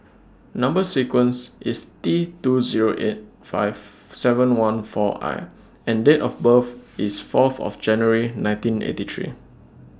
Number sequence IS T two Zero eight five seven one four I and Date of birth IS Fourth of January nineteen eighty three